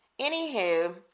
Anywho